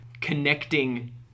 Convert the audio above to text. connecting